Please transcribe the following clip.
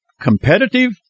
competitive